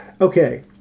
Okay